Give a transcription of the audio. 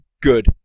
good